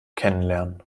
kennenlernen